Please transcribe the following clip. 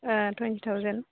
औ थुवेन्थि थावजेन